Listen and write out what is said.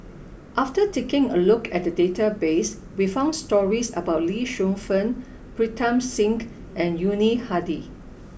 after taking a look at the database we found stories about Lee Shu Fen Pritam Singh and Yuni Hadi